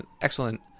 excellent